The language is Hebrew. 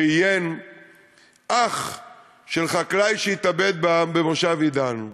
ראיין אח של חקלאי שהתאבד במושב עידן,